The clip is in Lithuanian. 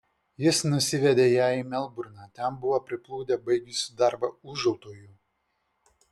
jis nusivedė ją į melburną ten buvo priplūdę baigusių darbą ūžautojų